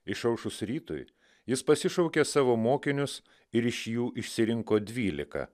išaušus rytui jis pasišaukė savo mokinius ir iš jų išsirinko dvylika